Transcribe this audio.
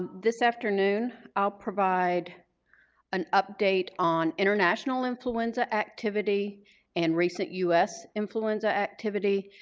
this afternoon i'll provide an update on international influenza activity and recent us influenza activity,